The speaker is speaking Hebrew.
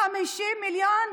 50 מיליון?